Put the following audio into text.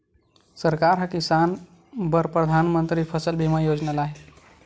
सरकार ह किसान मन बर परधानमंतरी फसल बीमा योजना लाए हे